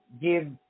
give